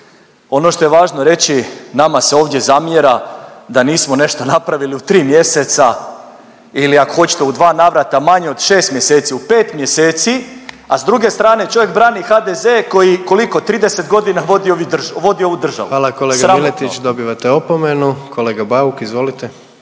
Ono što je važno reći, nama se ovdje zamjera da nismo nešto napravili u 3 mjeseca ili ako hoćete, u 2 navrata, manje od 6 mjeseci, u 5 mjeseci, a s druge strane čovjek brani HDZ koji, koliko, 30 godina vodi ovu državu? .../Upadica: Hvala kolega Miletić./... Sramotno! **Jandroković,